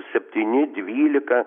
septyni dvylika